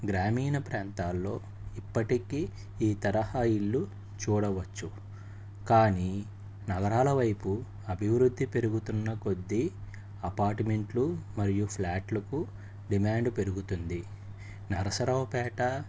గ్రామీణ ప్రాంతాల్లో ఇప్పటికీ ఈ తరహా ఇళ్ళు చూడవచ్చు కానీ నగరాల వైపు అభివృద్ధి పెరుగుతున్న కొద్దీ అపార్ట్మెంట్లు మరియు ఫ్లాట్లకు డిమాండ్ పెరుగుతుంది నరసరావుపేట